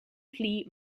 pli